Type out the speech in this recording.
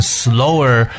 slower